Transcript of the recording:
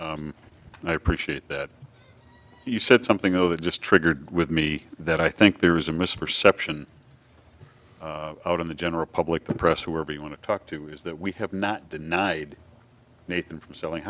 and i appreciate that you said something that just triggered with me that i think there is a misperception out in the general public the press who are you want to talk to is that we have not denied anything from selling